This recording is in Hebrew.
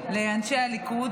לאנשי הליכוד.